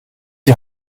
die